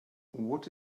what